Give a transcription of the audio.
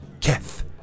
Keth